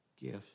gift